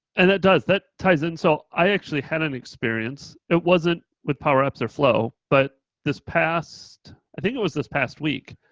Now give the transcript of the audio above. and it does, that ties in. so i actually had an experience. it wasn't with powerapps or flow, but this past, i think it was this past week,